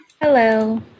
Hello